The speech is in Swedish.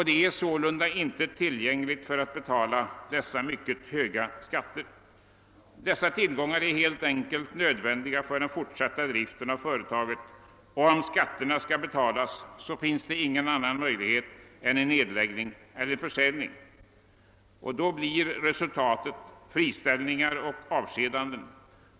Det är därför inte tillgängligt för att betala dessa mycket höga skatter. Tillgångarna är nödvändiga för företagets fortsatta drift, och om skatterna skall betalas återstår inget annat än nedläggning eller försäljning. Resultatet blir då friställningar och avskedanden.